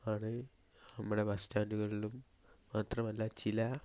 ആണ് നമ്മുടെ ബസ് സ്റ്റാൻഡുകളിലും മാത്രമല്ല ചില